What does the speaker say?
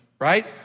right